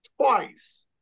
twice